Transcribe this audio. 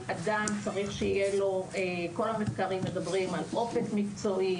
כל המחקרים מדברים על כך שאדם צריך שיהיה לו אופק מקצועי,